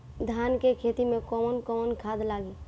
धान के खेती में कवन कवन खाद लागी?